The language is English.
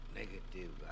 negative